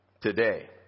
today